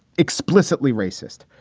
explicitly racist.